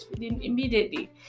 immediately